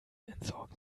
entsorgen